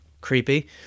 creepy